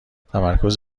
تمرکز